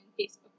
Facebook